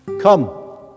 Come